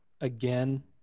again